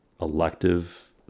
elective